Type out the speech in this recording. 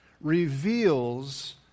reveals